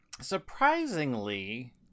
Surprisingly